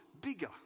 bigger